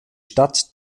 stadt